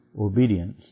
obedience